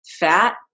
Fat